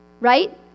right